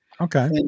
Okay